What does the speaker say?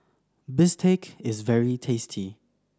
Bistake is very tasty